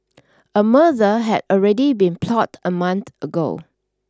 a murder had already been plotted a month ago